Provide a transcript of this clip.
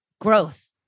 growth